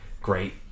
great